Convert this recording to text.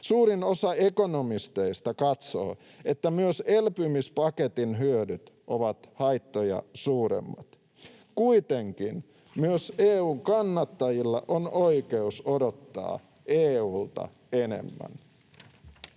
Suurin osa ekonomisteista katsoo, että elpymispaketin hyödyt ovat haittoja suuremmat. Kuitenkin myös EU:n kannattajilla on oikeus odottaa EU:lta enemmän.